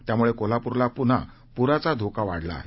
त्यामुळे कोल्हापूरला पुन्हा पुराचा धोका वाढला आहे